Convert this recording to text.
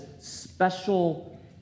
special